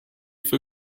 for